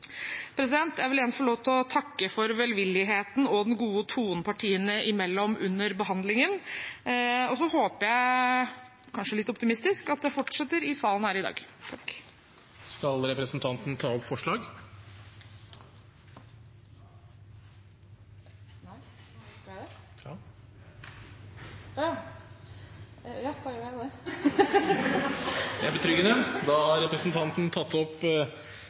Jeg vil igjen få takke for velvilligheten og den gode tonen partiene imellom under behandlingen. Så håper jeg – kanskje litt optimistisk – at dette fortsetter i salen her i dag. Jeg tar til slutt opp forslaget fra Høyre, Venstre og Kristelig Folkeparti. Da har representanten Lene Westgaard-Halle tatt opp det